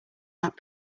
that